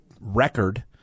record